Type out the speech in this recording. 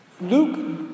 Luke